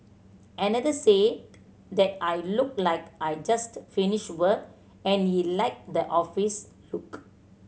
another said that I looked like I just finished work and he liked the office look